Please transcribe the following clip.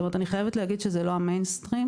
אני חייבת להגיד שזה לא הזרם המרכזי.